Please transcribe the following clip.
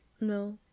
No